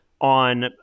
on